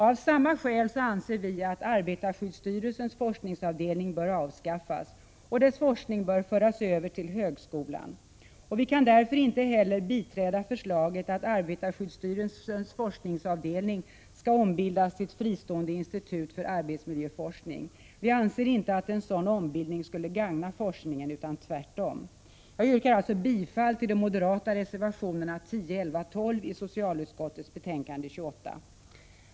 Av samma skäl anser vi att arbetarskyddsstyrelsens forskningsavdelning bör avskaffas och dess forskning föras över till högskolan. Vi kan därför inte heller biträda förslaget att arbetarskyddsstyrelsens forskningsavdelning skall ombildas till ett fristående institut för arbetsmiljöforskning. Vi anser inte att en sådan ombildning skulle gagna forskningen — tvärtom. Jag yrkar alltså bifall till de moderata reservationerna 10, 11 och 12 i socialutskottets betänkande 28.